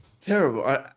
Terrible